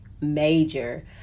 major